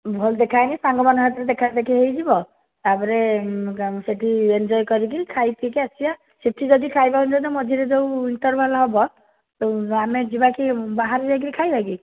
ଭଲ ଦେଖା ହେଇନି ସାଙ୍ଗମାନଙ୍କ ସାଥିରେ ଦେଖାଦେଖି ହେଇଯିବ ତା'ପରେ ସେଠି ଏଞ୍ଜୟ କରିକି ଖାଇ ପିଇକି ଆସିବା ସେଠି ଯଦି ଖାଇବା ଯଦି ମଝିରେ ଯେଉଁ ଇଣ୍ଟରଭାଲ୍ ହେବ ତ ଆମେ ଯିବାକି ବାହାରେ ଯାଇକି ଖାଇବା କି